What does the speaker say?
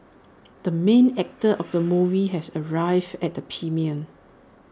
the main actor of the movie has arrived at the premiere